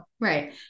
Right